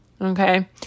Okay